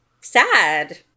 sad